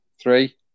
Three